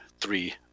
three